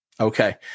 Okay